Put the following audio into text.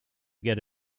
get